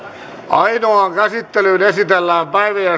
ainoaan käsittelyyn esitellään